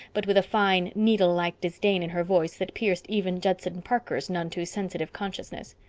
but with a fine, needle-like disdain in her voice that pierced even judson parker's none too sensitive consciousness.